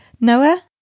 Noah